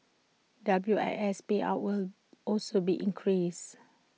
W I S payouts will also be increased